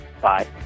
Bye